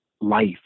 life